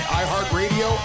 iHeartRadio